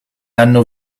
hanno